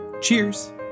Cheers